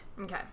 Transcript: Okay